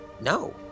No